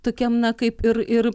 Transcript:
tokiam na kaip ir ir